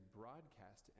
broadcast